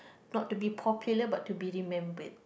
not to be popular but to be remembered